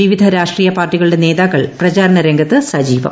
വിവിധ രാഷ്ട്രീയ പാർട്ടികളുടെ നേതാക്കൾ പ്രചാരണ രംഗത്ത് സജീവം